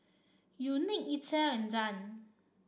Unique Ethyl and Dann